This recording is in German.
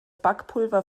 backpulver